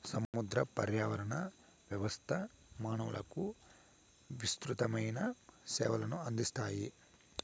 సముద్ర పర్యావరణ వ్యవస్థ మానవులకు విసృతమైన సేవలను అందిస్తాయి